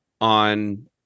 on